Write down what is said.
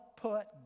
put